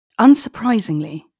Unsurprisingly